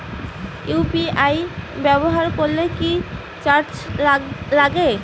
UPI ব্যবহার করলে কি চার্জ লাগে?